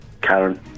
Karen